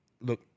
look